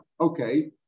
Okay